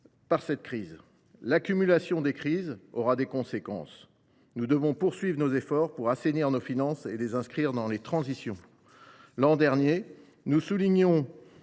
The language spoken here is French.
de cette crise. L’accumulation des crises aura des conséquences. Nous devons poursuivre nos efforts pour assainir nos finances et les inscrire dans les différentes transitions. L’an dernier, nous soulignions